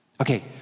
Okay